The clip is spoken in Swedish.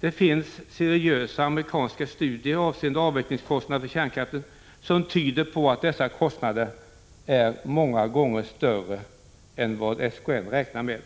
Det finns seriösa amerikanska studier avseende avvecklingskostnaderna för kärnkraften som tyder på att dessa kostnader är många gånger högre än vad SKN räknar med.